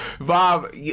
Bob